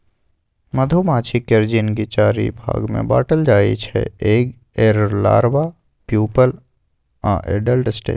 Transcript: मधुमाछी केर जिनगी चारि भाग मे बाँटल जाइ छै एग, लारबा, प्युपल आ एडल्ट स्टेज